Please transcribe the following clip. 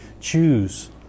choose